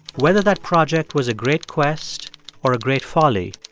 whether that project was a great quest or a great folly,